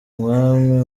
mwami